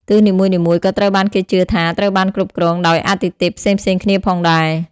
ទិសនីមួយៗក៏ត្រូវបានគេជឿថាត្រូវបានគ្រប់គ្រងដោយអាទិទេពផ្សេងៗគ្នាផងដែរ។